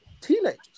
teenagers